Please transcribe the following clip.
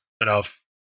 enough